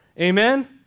Amen